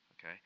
Okay